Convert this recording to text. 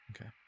Okay